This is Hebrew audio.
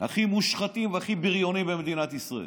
הכי מושחתים והכי בריונים במדינת ישראל.